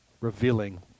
revealing